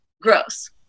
gross